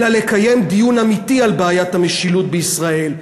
אלא לקיים דיון אמיתי על בעיית המשילות בישראל,